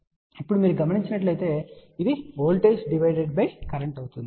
ఇప్పుడు మీరు గమనించినట్లయితే ఇది వోల్టేజ్ డివైడెడ్ బై కరెంట్ అవుతుంది